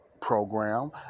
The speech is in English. program